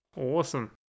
Awesome